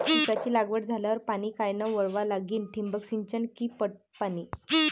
पिकाची लागवड झाल्यावर पाणी कायनं वळवा लागीन? ठिबक सिंचन की पट पाणी?